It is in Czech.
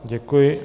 Děkuji.